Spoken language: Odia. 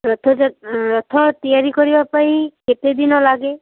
ରଥଯା ରଥ ତିଆରି କରିବା ପାଇଁ କେତେ ଦିନ ଲାଗେ